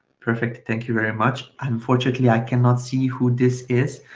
perfect, thank you very much. unfortunately, i cannot see who this is.